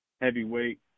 Heavyweight